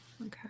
okay